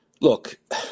Look